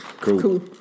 Cool